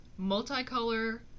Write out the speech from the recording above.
multicolor